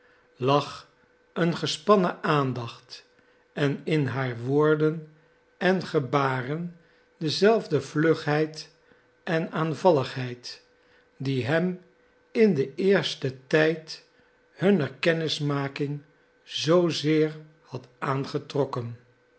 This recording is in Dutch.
lag een gespannen aandacht en in haar woorden en gebaren dezelfde vlugheid en aanvalligheid die hem in den eersten tijd hunner kennismaking zoozeer had aangetrokken